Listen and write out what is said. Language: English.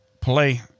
play